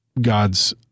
God's